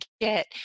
get